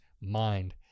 mind